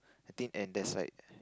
I think and there's like